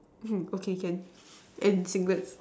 okay can and singlet